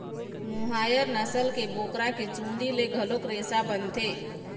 मोहायर नसल के बोकरा के चूंदी ले घलोक रेसा बनथे